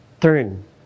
Turn